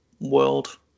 world